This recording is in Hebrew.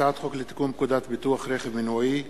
הצעת חוק לתיקון פקודת ביטוח רכב מנועי (מס'